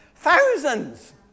Thousands